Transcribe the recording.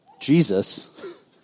Jesus